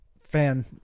fan